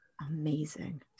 Amazing